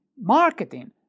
marketing